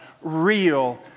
real